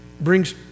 brings